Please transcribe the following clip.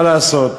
מה לעשות,